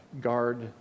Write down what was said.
guard